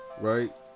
Right